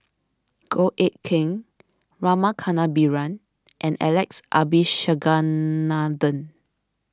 Goh Eck Kheng Rama Kannabiran and Alex Abisheganaden